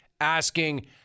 asking